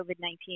COVID-19